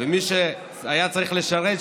ומי שהיה צריך לשרת,